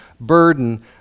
burden